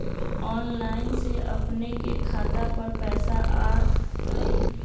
Online से अपने के खाता पर पैसा आ तई?